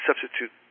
substitute